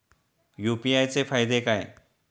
UPI चे फायदे काय?